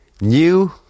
new